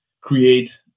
create